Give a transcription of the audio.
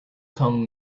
tongue